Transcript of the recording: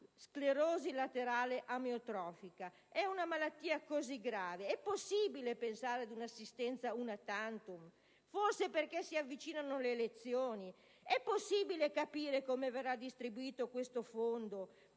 milioni? Se la SLA è una malattia così grave, è possibile pensare ad un'assistenza *una tantum*? Forse perché si avvicinano le elezioni? È possibile capire come verrà distribuito questo fondo?